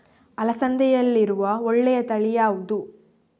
ಅಲಸಂದೆಯಲ್ಲಿರುವ ಒಳ್ಳೆಯ ತಳಿ ಯಾವ್ದು?